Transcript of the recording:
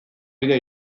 gida